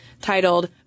titled